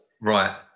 right